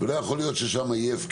ולא יכול להיות שתהיה שם הפקרות.